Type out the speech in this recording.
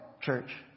church